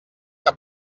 que